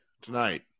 Tonight